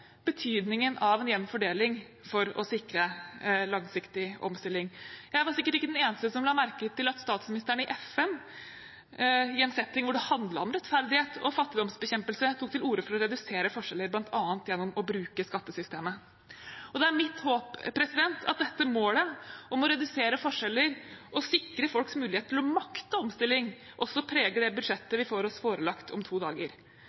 betydningen av en jevn fordeling for å sikre langsiktig omstilling. Jeg var sikkert ikke den eneste som la merke til at statsministeren i FN, i en setting hvor det handlet om rettferdighet og fattigdomsbekjempelse, tok til orde for å redusere forskjeller bl.a. gjennom å bruke skattesystemet. Det er mitt håp at dette målet om å redusere forskjeller og sikre folks mulighet til å makte omstilling, også preger det budsjettet vi får oss forelagt om to dager